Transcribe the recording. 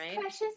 precious